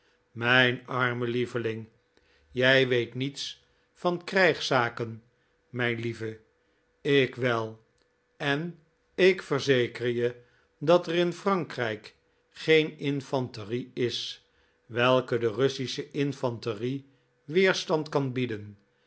mijn arme lieveling jij weet niets van krijgszaken mijn lieve ik wel en ik verzeker je dat er in frankrijk geen infanterie is welke de russische infanterie weerstand kan bieden